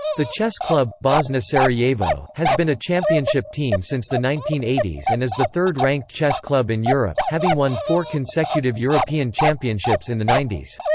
the chess club, bosna sarajevo, has been a championship team since the nineteen eighty s and is the third ranked chess club in europe, having won four consecutive european championships in the nineties.